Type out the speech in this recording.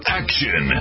action